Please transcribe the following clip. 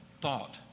thought